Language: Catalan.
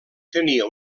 tenia